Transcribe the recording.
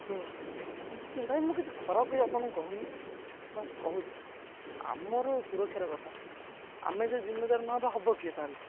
ଭାଇ ମୁଁ କିଛି ଖରାପ କିଛି ଆପଣଙ୍କୁ କହୁନି ବାସ କହୁଛି ଆମର ସୁରକ୍ଷାର କଥା ଆମେ ଯଦି ଜିମେଦାର ନ ହବା ତାହେଲେ ହେବ କିଏ